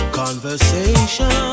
conversation